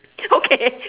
okay